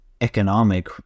economic